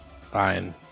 Fine